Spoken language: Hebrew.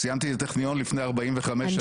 סיימתי את הטכניון לפני 45 שנה,